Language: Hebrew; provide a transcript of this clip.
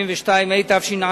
172), התש"ע